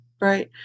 Right